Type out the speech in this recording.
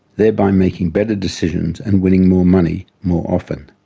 thereby making better decisions and winning more money, more often.